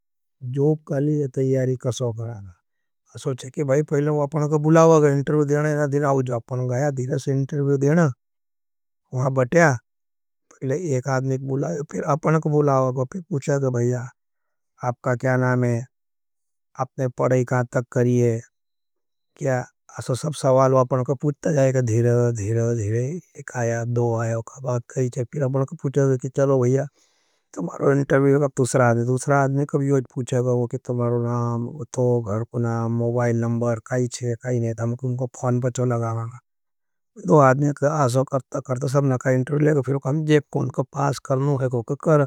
जो कालिये तैयारी कसो कराना। असोचे की भाई पहले वो अपनों को बुलाओगा, इंटरवियों देने ना धिराओगा। अपनों गाया धिरा से इंटरवियों देना। वहाँ बटया, पहले एक आदमी को बुलाओगा, फिर अपनों को बुलाओगा, फिर पूछा गा भाईया, आपका क्या नाम है, आपने पढ़ाई कहां तक करिये। असो सब सवाल वो अपनों को पूछता जाएगा धिराओगा, धिराओगा, धिराओगा, एक आया, दो आया। अपनों को पूछता जाएगा, कि चलो भाईया, तुम्हारों एंटेर्विवेगा, तुस्रा आदमी, तुस्रा आदमी कभी योज पूछता जाएगा। वो कि तुम्हारों नाम, उतो, घर पुनाम, मोबाईल नंबर, काई चे, काई ने था, मैंकि उनको फौन पचो लगा। दो आदमी करते हैं, सब नकाई एंटेर्विवेगा, फिर उनको पास करना है, कोई को कर।